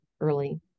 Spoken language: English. early